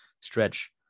stretch